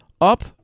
up